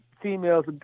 females